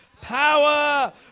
Power